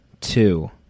two